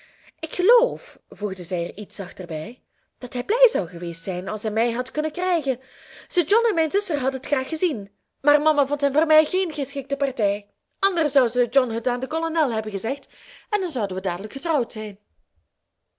ik geloof voegde zij er iets zachter bij dat hij blij zou geweest zijn als hij mij had kunnen krijgen sir john en mijn zuster hadden t graag gezien maar mama vond hem voor mij geen geschikte partij anders zou sir john het aan den kolonel hebben gezegd en dan zouden we dadelijk getrouwd zijn